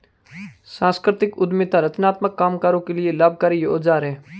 संस्कृति उद्यमिता रचनात्मक कामगारों के लिए लाभकारी औजार है